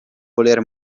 voler